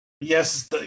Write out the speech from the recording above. Yes